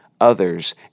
others